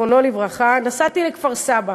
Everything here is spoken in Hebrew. ז"ל נסעתי לכפר-סבא